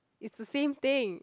it's the same thing